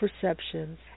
perceptions